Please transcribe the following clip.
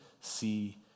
see